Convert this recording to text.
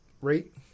rate